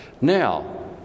Now